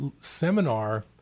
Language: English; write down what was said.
seminar